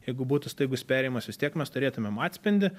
jeigu būtų staigus perėjimas vis tiek mes turėtumėm atspindį